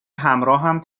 همراه